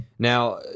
Now